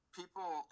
people